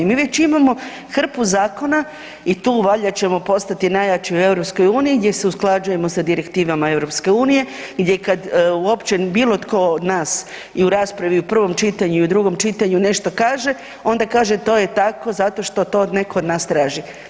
Mi već imamo hrpu zakona i tu valjda ćemo postati najjači u EU gdje se usklađujemo sa direktivama EU, gdje kad uopće bilo tko od nas i u raspravi i u prvom čitanju i u drugom čitanju nešto kaže, to je tako zato što to netko od nas traži.